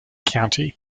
county